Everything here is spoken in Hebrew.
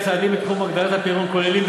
הצעדים בתחום הגדלת הפריון כוללים,